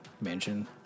mansion